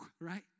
right